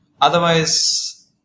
Otherwise